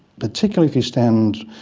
particularly if you stand.